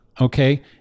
okay